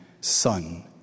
son